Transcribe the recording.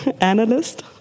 analyst